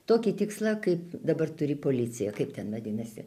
tokį tikslą kaip dabar turi policija kaip ten vadinasi